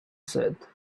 said